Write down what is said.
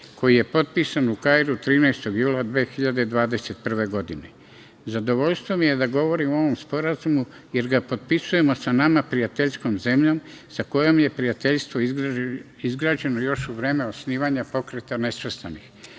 koji je potpisan u Kairu 13. jula 2021. godine. Zadovoljstvo mi je da govorim o ovom sporazumu jer ga potpisujemo sa nama prijateljskom zemljom sa kojom je prijateljstvo izgrađeno još u vreme osnivanja Pokreta nesvrstanih. Osnivači